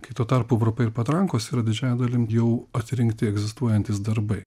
kai tuo tarpu varpai ir patrankos yra didžiąja dalimi jau atrinkti egzistuojantys darbai